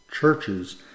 churches